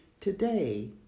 Today